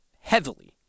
heavily